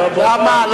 למה?